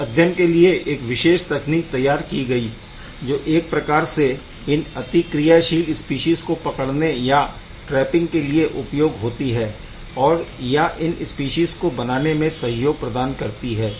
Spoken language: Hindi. इस अध्ययन के लिए एक विशेष तकनीक तैयार की गई है जो एक प्रकार से इन अतिक्रियाशील स्पीशीज़ को पकड़ने या ट्रेपिंग के लिए उपयोगी होती हैऔर या इन स्पीशीज़ को बनाने में सहयोग प्रदान करती है